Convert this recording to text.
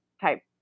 type